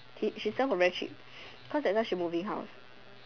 she she sell for very cheap because that time she moving house